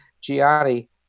Gianni